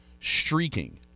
streaking